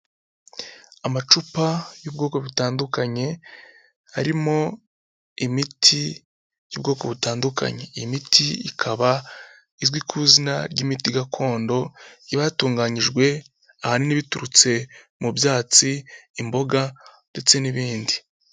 Amacupa y'ubwoko butandukanye arimo imiti y'ubwoko butandukanye, iyi miti ikaba izwi ku zina ry'imiti gakondo, iba yabatunganyijwe ahanini biturutse mu byatsi, imboga, ndetse n'ibindi.